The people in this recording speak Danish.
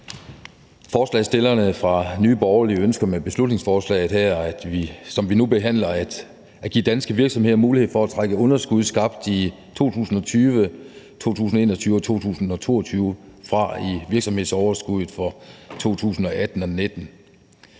Forslagsstillerne fra Nye Borgerlige ønsker med beslutningsforslaget her, som vi nu behandler, at give danske virksomheder mulighed for at trække underskud skabt i 2020, 2021 og 2022 fra i virksomhedsoverskuddet for 2018 og 2019.